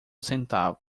centavo